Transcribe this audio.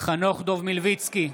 חנוך דב מלביצקי,